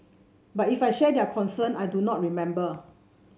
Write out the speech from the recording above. but if I shared their concern I do not remember